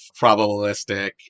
probabilistic